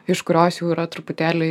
iš kurios jau yra truputėlį